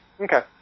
Okay